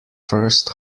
first